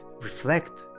reflect